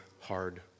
hard